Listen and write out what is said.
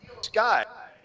Sky